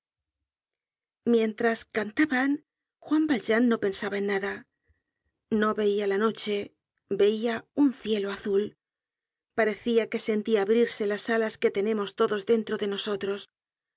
mientras cantaban juan valjean no pensaba en nada no veia la noche veia un cielo azul parecia que sentia abrirse las alas que tenemos todos dentro de nosotros